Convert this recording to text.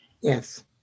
Yes